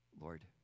Lord